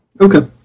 Okay